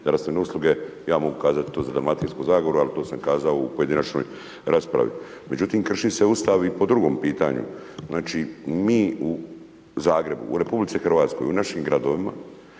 zdravstvene usluge, ja mogu kazati to za Dalmatinsku zagoru ali to sam kazao u pojedinačnoj raspravi. Međutim krši se Ustav i po drugom pitanju, znači mi u Zagrebu, u RH, u našim gradovima